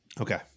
Okay